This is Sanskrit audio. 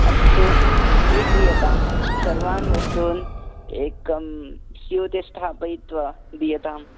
अस्तु स्वीक्रियताम् सर्वान् वस्तून् एकं स्युते स्थापयित्वा दीयताम्